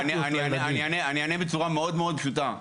לאלה שאחראיים על המקרקעין למייצגים וכו'.